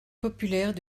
populaires